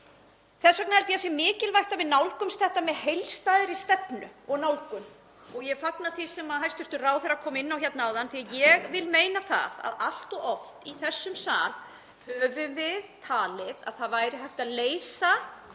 Þess vegna held ég að sé mikilvægt að við nálgumst þetta með heildstæðri stefnu og nálgun og ég fagna því sem hæstv. ráðherra kom inn á hérna áðan því að ég vil meina það að allt of oft í þessum sal höfum við talið að það væri hægt að leysa